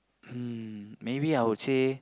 um maybe I would say